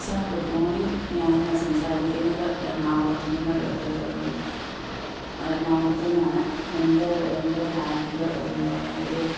sir good morning ഞാന് സംസാരിക്കുന്നത് എറണാകുളത്തു നിന്നൊരു എറണാകുളത്ത് നിന്നാണേ എൻ്റെ എൻ്റെ ഫ്ലാറ്റില് ഒരു